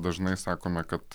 dažnai sakome kad